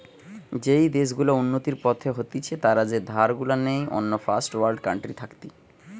যেই দেশ গুলা উন্নতির পথে হতিছে তারা যে ধার গুলা নেই অন্য ফার্স্ট ওয়ার্ল্ড কান্ট্রি থাকতি